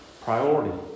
Priority